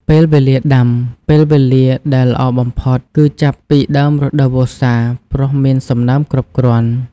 ពេលវេលាដាំ ពេលវេលាដែលល្អបំផុតគឺចាប់ពីដើមរដូវវស្សា ព្រោះមានសំណើមគ្រប់គ្រាន់។